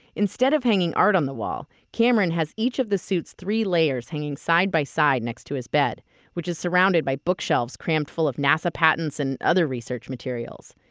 instead of hanging art on the wall. cameron has each of the suits three layers hanging side by side next to his bed which is surrounded by bookshelves crammed full of nasa patents and other research materials.